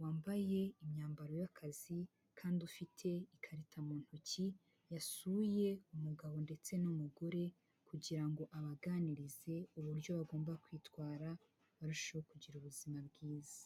wambaye imyambaro y'akazi kandi ufite ikarita mu ntoki, yasuye umugabo ndetse n'umugore kugira ngo abaganirize uburyo bagomba kwitwara barusheho kugira ubuzima bwiza.